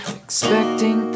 expecting